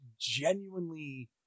genuinely